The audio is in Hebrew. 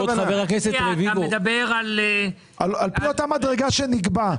על פי אותה מדרגה שנקבעת.